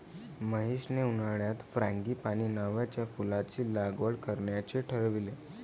महेशने उन्हाळ्यात फ्रँगीपानी नावाच्या फुलाची लागवड करण्याचे ठरवले